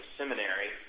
seminary